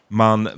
man